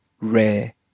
rare